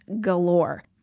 galore